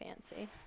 fancy